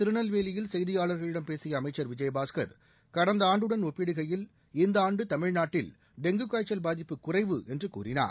திருநெல்வேலியில் செய்தியாளர்களிடம் பேசிய அமைச்சர் விஜயபாஸ்கர் கடந்த ஆண்டுடன் ஒப்பிடுகையில் இந்த ஆண்டு தமிழ்நாட்டில் டெங்கு காய்ச்சல் பாதிப்பு குறைவு என்று கூறினார்